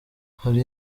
hari